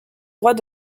droits